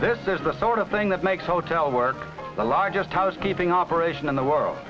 the sort of thing that makes hotel work the largest housekeeping operation in the world